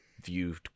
viewed